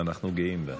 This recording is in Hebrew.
אנחנו גאים בה.